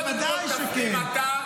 ודאי שכן.